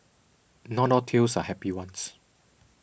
not all tales are happy ones